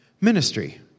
ministry